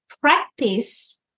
practice